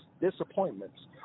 disappointments